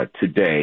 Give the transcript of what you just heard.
today